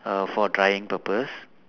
err for drying purpose